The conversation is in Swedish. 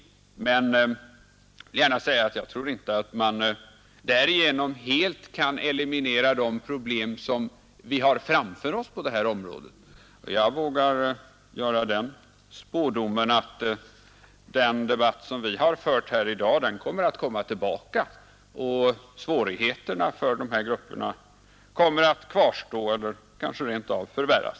Men jag vill gärna säga att jag inte tror att man därigenom helt kan eliminera de problem som vi har framför oss på det här området, och jag vågar göra den spådomen att den debatt som vi har fört här i dag kommer tillbaka och svårigheterna för de här grupperna kommer att kvarstå eller kanske rent av förvärras.